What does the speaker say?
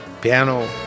piano